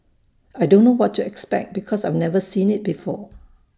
I don't know what to expect because I've never seen IT before